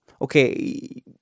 okay